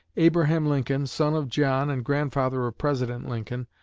abraham lincoln, son of john and grandfather of president lincoln,